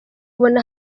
ubona